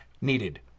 needed